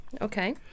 Okay